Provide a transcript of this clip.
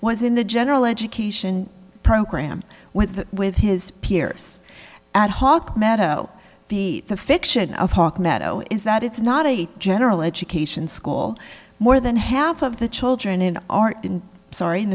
was in the general education program with the with his peers at hawke meadow the fiction of hawk meadow is that it's not a general education school more than half of the children in our sorry